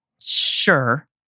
Sure